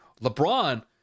LeBron